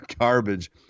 garbage